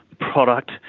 product